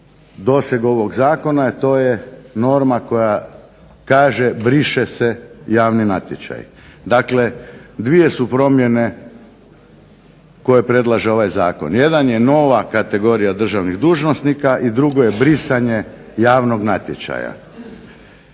doseg ovog Zakona koja kaže norma briše se javni natječaj. Dakle, dvije su promjene koje predlaže ovaj zakon. Jedan je nova kategorija državnih dužnosnika i drugo je brisanje javnog natječaja.